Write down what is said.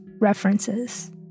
references